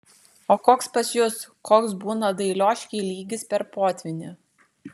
o koks pas jus koks būna dailioškėj lygis per potvynį